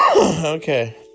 Okay